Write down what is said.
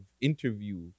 interview